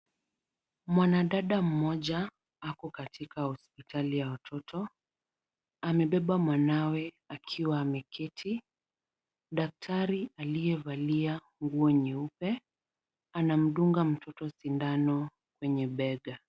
Mwanadada mmoja ako katika hospitali ya watoto, amebeba mwanawe akiwa ameketi. Daktari aliyevalia nguo nyeupe anamdunga mtoto sindano kwenye bega.